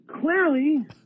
clearly